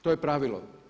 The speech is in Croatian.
To je pravilo.